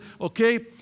okay